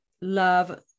love